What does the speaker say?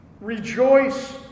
Rejoice